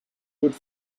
would